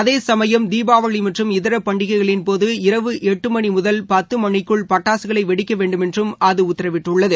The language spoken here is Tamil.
அதே சமயம் தீபாவளி மற்றும் இதர பண்டிகைகளின்போது இரவு எட்டு மணி முதல் பத்து மணிக்குள் பட்டாசுகளை வெடிக்க வேண்டுமென்றும் அது உத்தரவிட்டுள்ளது